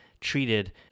treated